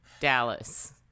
Dallas